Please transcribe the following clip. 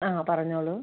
ആ പറഞ്ഞോളു